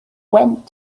went